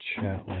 chat